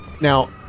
Now